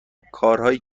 کارهایی